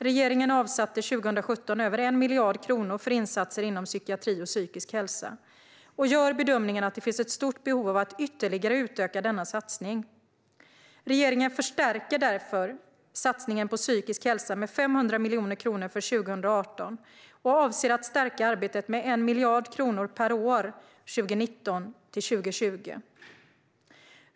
Regeringen avsatte 2017 över 1 miljard kronor för insatser inom psykiatri och psykisk hälsa och gör bedömningen att det finns ett stort behov av att ytterligare utöka denna satsning. Regeringen förstärker därför satsningen på psykisk hälsa med 500 miljoner kronor för 2018 och avser att stärka arbetet med 1 miljard kronor per år 2019 och 2020.